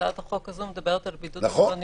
הצעת החוק הזו מדברת על בידוד במלוניות.